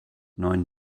neun